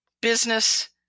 business